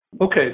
Okay